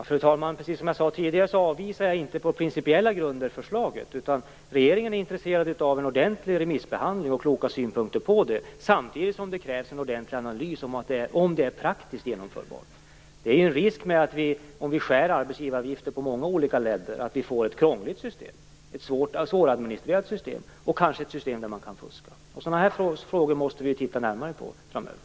Fru talman! Precis som jag sade tidigare avvisar jag inte förslaget på principiella grunder. Regeringen är intresserad av en ordentlig remissbehandling och kloka synpunkter på förslaget. Samtidigt krävs en ordentlig analys av om detta är praktiskt genomförbart. En risk med att skära i arbetsgivaravgiften på många olika ledder är att systemet blir krångligt och svåradministrerat. Dessutom kanske det blir ett system där man kan fuska. Sådana här frågor måste vi titta närmare på framöver.